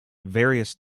various